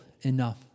enough